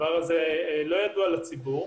הדבר הזה לא ידוע לציבור.